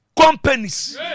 companies